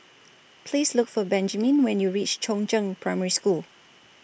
Please Look For Benjiman when YOU REACH Chongzheng Primary School